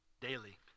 daily